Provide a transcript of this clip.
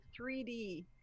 3D